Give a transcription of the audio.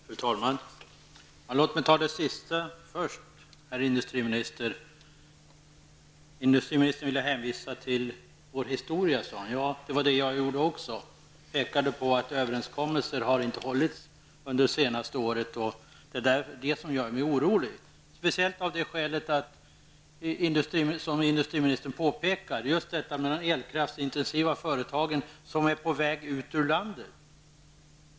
Fru talman! Låt mig ta det sista först, herr industriminister. Industriministern ville hänvisa till vår historia. Det gjorde jag också och påpekade att överenskommelser inte har hållits under det senaste året. Det är detta som gör mig orolig, speciellt av det skäl som industriministern själv nämnde, att de elkraftsintensiva företagen är på väg ut ur landet.